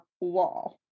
wall